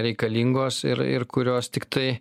reikalingos ir ir kurios tiktai